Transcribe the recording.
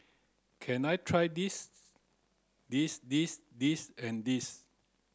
can I try this this this this and this